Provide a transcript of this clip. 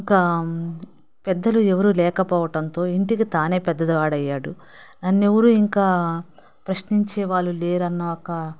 ఇంక పెద్దలు ఎవరూ లేకపోవడంతో ఇంటికి తానే పెద్దవాడయ్యాడు నన్నెవరూ ఇంకా ప్రశ్నించే వాళ్ళు లేరన్న ఒక